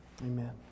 Amen